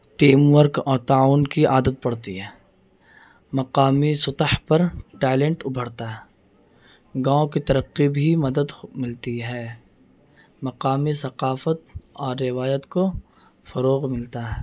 team work اور تعاون کی عادت پڑتی ہے مقامی سطح پر ٹیلنٹ ابھرتا ہے گاؤں کی ترقی بھی مدد ملتی ہے مقامی ثقافت اور روایت کو فروغ ملتا ہے